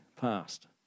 past